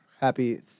happy